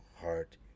heart